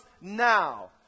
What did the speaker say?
now